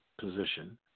position